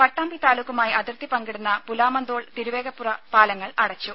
പട്ടാമ്പി താലൂക്കുമായി അതിർത്തി പങ്കിടുന്ന പുലാമന്തോൾ തിരുവേഗപ്പുറ പാലങ്ങൾ അടച്ചു